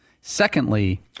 Secondly